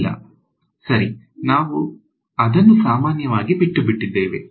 ಇಲ್ಲ ಸರಿ ನಾವು ಅದನ್ನು ಸಾಮಾನ್ಯವಾಗಿ ಬಿಟ್ಟುಬಿಟ್ಟಿದ್ದೇವೆ